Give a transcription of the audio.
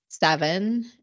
seven